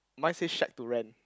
mine say shack to rent